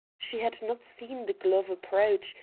she had not seen the glove approach,